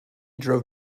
drove